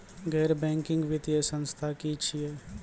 गैर बैंकिंग वित्तीय संस्था की छियै?